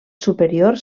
superior